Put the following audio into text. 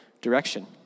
direction